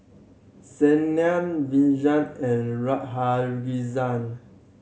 Saina Vishal and Radhakrishnan